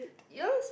you always